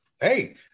hey